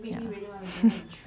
ya